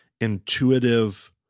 intuitive